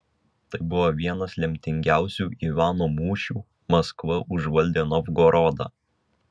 tai buvo vienas lemtingiausių ivano mūšių maskva užvaldė novgorodą